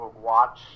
watch